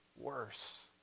worse